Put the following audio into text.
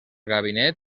gabinet